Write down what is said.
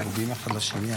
צמודים אחד לשני.